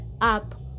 up